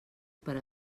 per